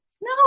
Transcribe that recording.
No